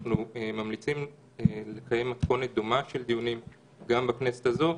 אנחנו ממליצים לקיים מתכונת דומה של דיונים גם בכנסת הזאת,